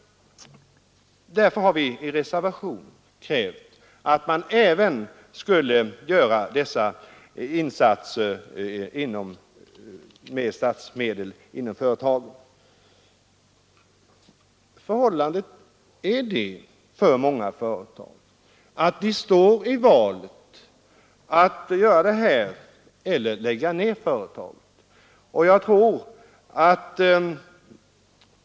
Därför har vi i reservation krävt att man skulle göra dessa insatser med statsmedel även inom företagen. Många företag står i valet mellan att uppfylla de stora miljökraven och att lägga ned företaget.